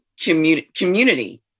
community